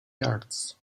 yards